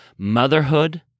motherhood